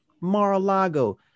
Mar-a-Lago